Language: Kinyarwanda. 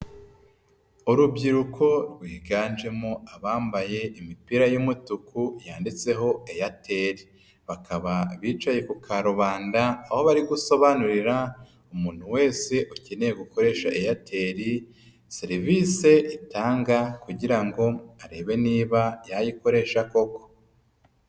Urubyiruko rwiganjemo abambaye imipira y'umutuku yanditseho Aitel, bakaba bicaye ku karubanda aho bari gusobanurira umuntu wese ukeneye gukoresha Airtel, serivisi itanga kugira ngo arebe niba yayikoresha koko.